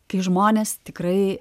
kai žmonės tikrai